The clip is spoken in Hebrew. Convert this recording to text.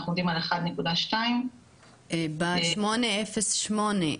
אנחנו עומדים על 1.2%. ב- 8.8%,